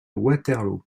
waterloo